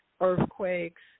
earthquakes